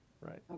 Right